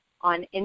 on